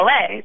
LA